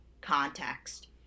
context